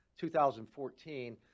2014